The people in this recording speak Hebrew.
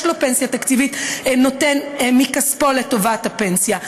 לו פנסיה תקציבית נותן מכספו לטובת הפנסיה.